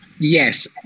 Yes